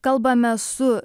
kalbamės su